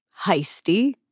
Heisty